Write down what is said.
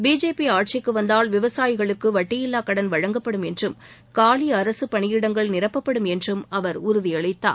BJP ஆட்சிக்கு வந்தால் விவசாயிகளுக்கு வட்டியில்லா கடன் வழங்கப்படும் என்றும் காலி அரசு பணியிடங்கள் நிரப்பப்படும் என்றும் அவர் உறுதியளித்தார்